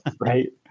right